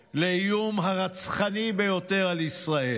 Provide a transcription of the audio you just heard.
לאיום הרצחני ביותר על ישראל?